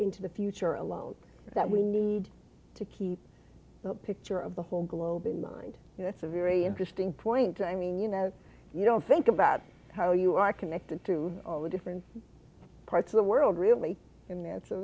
into the future alone that we need to keep that picture of the whole globe in mind you know it's a very interesting point i mean you know you don't think about how you are connected through all the different parts of the world really